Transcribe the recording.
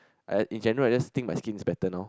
I in general I just think my skin is better now